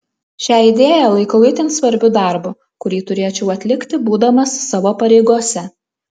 šią idėją laikau itin svarbiu darbu kurį turėčiau atlikti būdamas savo pareigose